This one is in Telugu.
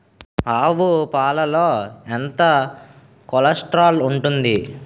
ఆవు పాలలో ఎంత కొలెస్ట్రాల్ ఉంటుంది?